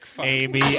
Amy